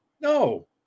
No